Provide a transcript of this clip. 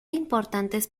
importantes